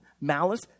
malice